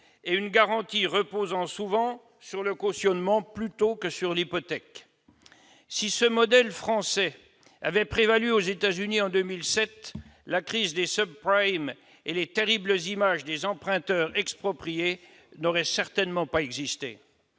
et une garantie reposant souvent sur le cautionnement plutôt que sur l'hypothèque. Si ce modèle français avait prévalu aux États-Unis en 2007, la crise des et les terribles images des emprunteurs expropriés n'auraient certainement pas existé.